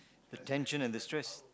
the tension and the stress